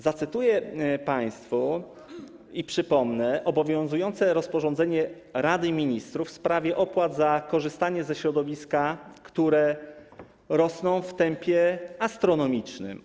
Zacytuję państwu i przypomnę obowiązujące rozporządzenie Rady Ministrów w sprawie opłat za korzystanie ze środowiska, które rosną w tempie astronomicznym.